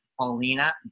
Paulina